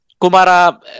Kumara